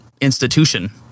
institution